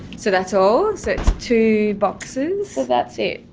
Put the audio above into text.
so that's all? it's two boxes? that's it.